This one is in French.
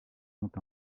ont